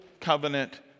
covenant